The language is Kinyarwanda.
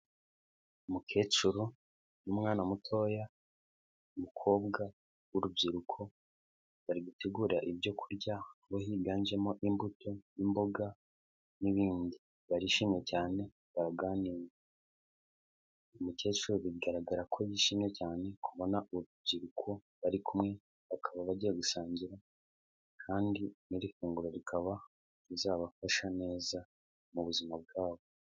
Umukecuru n'umwana mutoya, umukobwa w'urubyiruko, bari gutegura ibyo kurya aho higanjemo imbuto, n'imboga, n'ibindi, barishimye cyane, baraganira, umukecuru bigaragara ko yishimye cyane, kubona urubyiruko bari kumwe, bakaba bagiye gusangira, kandi n'ifunguro rikaba rizabafasha neza mu buzima bwabo.